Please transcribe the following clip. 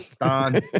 Don